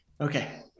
Okay